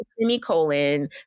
semicolon